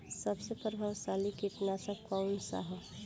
सबसे प्रभावशाली कीटनाशक कउन सा ह?